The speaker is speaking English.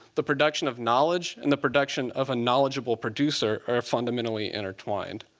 the production of knowledge and the production of a knowledgeable producer are fundamentally intertwined.